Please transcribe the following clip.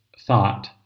thought